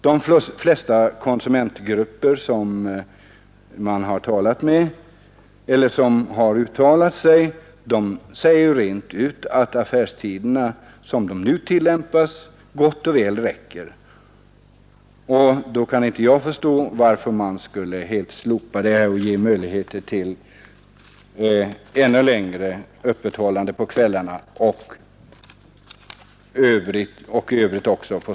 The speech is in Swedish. De flesta konsumentgrupper som har uttalat sig i denna fråga har också sagt rent ut att de affärstider som nu tillämpas gott och väl räcker till. Då kan jag inte förstå varför vi skulle slopa affärstidslagen och ge möjligheter till ännu längre öppethållande på kvällarna samt sönoch helgdagar. Herr talman!